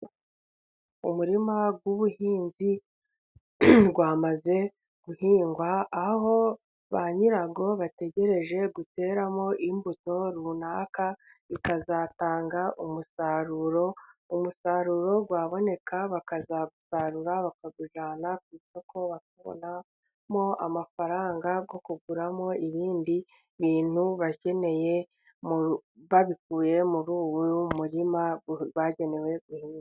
Umurima w'ubuhinzi wamaze guhingwa aho ba nyirawo bategereje guteramo imbuto runaka bikazatanga umusaruro, umusaruro waboneka bakazawusarura bakawujyana ku isoko bakabonamo amafaranga yo kuguramo ibindi bintu bakeneye, babikuye muri uwo murima wagenewe guhingwa.